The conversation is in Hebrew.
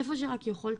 איפה שרק יכולתי.